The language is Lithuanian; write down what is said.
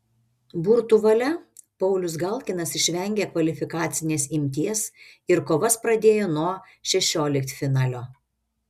burtų valia paulius galkinas išvengė kvalifikacinės imties ir kovas pradėjo nuo šešioliktfinalio